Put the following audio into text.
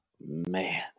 Man